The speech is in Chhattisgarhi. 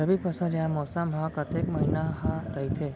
रबि फसल या मौसम हा कतेक महिना हा रहिथे?